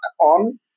on